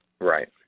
Right